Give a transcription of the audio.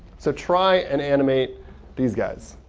so try and animate these guys.